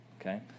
okay